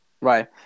Right